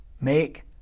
make